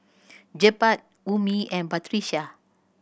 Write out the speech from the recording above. Jebat Ummi and Batrisya